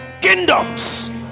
kingdoms